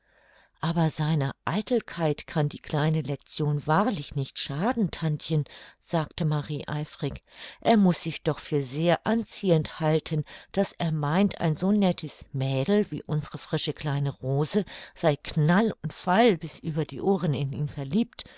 aber seiner eitelkeit kann die kleine lection wahrlich nicht schaden tantchen sagte marie eifrig er muß sich doch für sehr anziehend halten daß er meint ein so nettes mädel wie unsere frische kleine rose sei knall und fall bis über die ohren in ihn verliebt